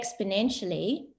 exponentially